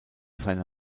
seine